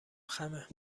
خمه